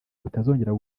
utazongera